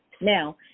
Now